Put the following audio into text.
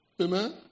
Amen